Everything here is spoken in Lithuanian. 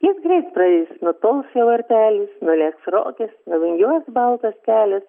jis greit praeis nutols jo varpelis nulėks rogės nuvingiuos baltas kelias